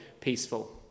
peaceful